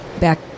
back